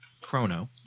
chrono